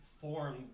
form